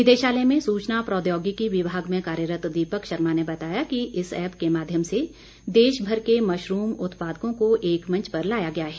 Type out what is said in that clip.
निदेशालय में सूचना प्रौद्योगिकी विभाग में कार्यरत दीपक शर्मा ने बताया कि इस ऐप के माध्यम से देशभर के मशरूम उत्पादकों को एक मंच पर लाया गया है